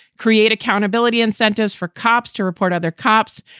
create accountability, incentives for cops to report other cops,